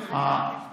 אפשר לפרגן.